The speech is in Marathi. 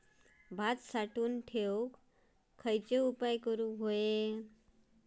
भात साठवून ठेवूक खयचे उपाय करूक व्हये?